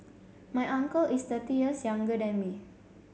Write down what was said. my uncle is thirty years younger than me